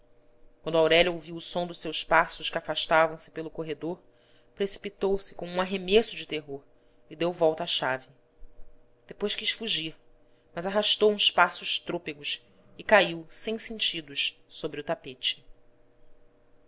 quando aurélia ouviu o som dos seus passos que afastavam se pelo corredor precipitou-se